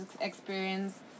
experience